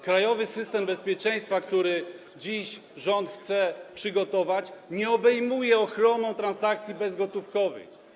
Krajowy system bezpieczeństwa, który dziś rząd chce przygotować, nie obejmuje ochroną transakcji bezgotówkowych.